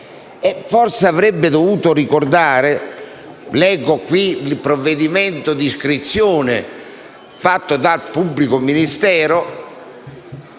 forse avrebbe dovuto ricordare che - leggo il provvedimento di iscrizione fatto dal pubblico ministero